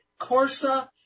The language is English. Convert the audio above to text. Corsa